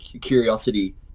curiosity